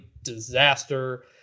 Disaster